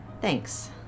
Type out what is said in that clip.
Thanks